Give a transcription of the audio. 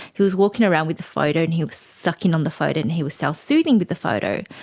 he was walking around with the photo and he was sucking on the photo and he was self-soothing with the photo.